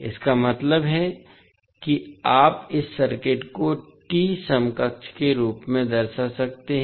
इसका मतलब है कि आप इस सर्किट को T समकक्ष के रूप में दर्शा सकते हैं